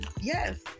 yes